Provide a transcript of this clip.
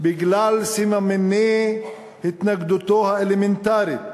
בגלל סממני ההתנגדות האלמנטרית